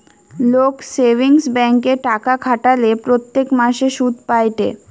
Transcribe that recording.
লোক সেভিংস ব্যাঙ্কে টাকা খাটালে প্রত্যেক মাসে সুধ পায়েটে